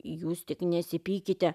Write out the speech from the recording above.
jūs tik nesipykite